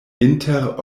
inter